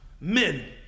men